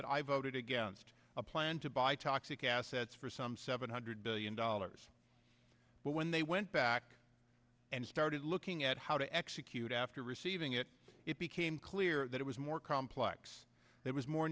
that i voted against a plan to buy toxic assets for some seven hundred billion dollars but when they went back and started looking at how to execute after receiving it it became clear that it was more complex that was more